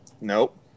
Nope